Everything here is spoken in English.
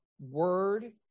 word